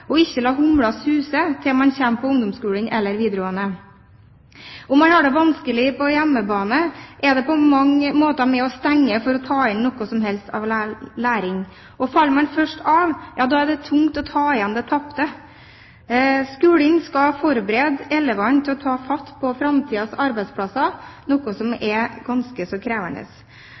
og ikke la humla suse til man kommer på ungdomsskolen eller videregående. Om man har det vanskelig på hjemmebane, er det på mange måter med på å stenge for å ta inn noe som helst av læring, og faller man først av, er det tungt å ta igjen det tapte. Skolen skal forberede elevene på å ta fatt på framtidens arbeidsplasser, noe som er ganske så krevende.